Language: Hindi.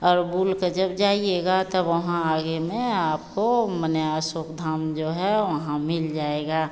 और बूल के जब जाइएगा तब वहाँ आगे में आपको माने अशोक धाम जो है वहाँ मिल जाएगा